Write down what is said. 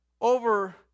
Over